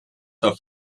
auf